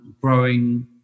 growing